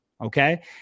Okay